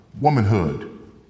womanhood